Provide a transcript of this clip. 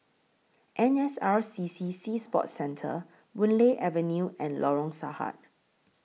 N S R C C Sea Sports Centre Boon Lay Avenue and Lorong Sarhad